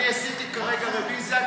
עשיתי כרגע רוויזיה,